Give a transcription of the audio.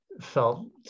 felt